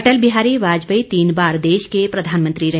अटल बिहारी वाजपेयी तीन बार देश के प्रधानमंत्री रहे